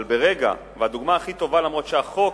אבל ברגע, הדוגמה הכי טובה שהחוק